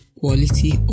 quality